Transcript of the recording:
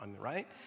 right